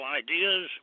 ideas